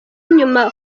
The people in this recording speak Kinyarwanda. nyuma